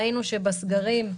ראינו שבסגרים,